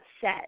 set